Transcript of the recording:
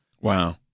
Wow